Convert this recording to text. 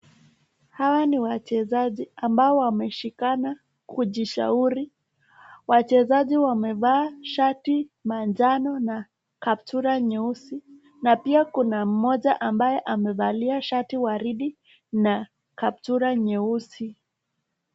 Hawa ni wachezaji ambao wameshikana kujishauri, wachezaji wamevaa shati manjano na kaptura nyeusi na pia kuna moja ambaye amevalia shati waridi na kaptura nyeusi.